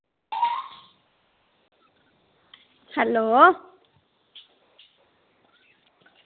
hello